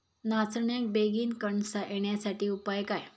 नाचण्याक बेगीन कणसा येण्यासाठी उपाय काय?